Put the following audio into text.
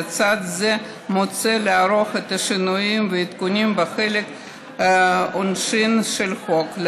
לצד זה מוצע לערוך שינויים ועדכונים בחלק העונשין של החוק.